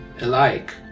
alike